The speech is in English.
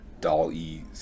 Dolly